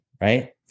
Right